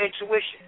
intuition